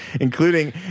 including